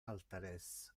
alteres